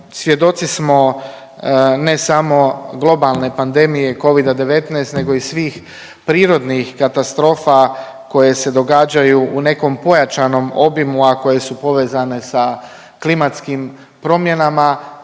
Svjedoci smo ne samo globalne pandemije covida-19 nego i svih prirodnih katastrofa koje se događaju u nekom pojačanom obimu, a koje su povezane sa klimatskim promjenama,